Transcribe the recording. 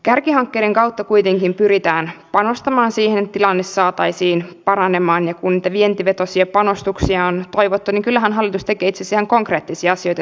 kärkihankkeiden kautta kuitenkin pyritään panostamaan siihen että tilanne saataisiin paranemaan ja kun niitä vientivetoisia panostuksia on toivottu niin kyllähän hallitus tekee itse asiassa ihan konkreettisia asioita sinne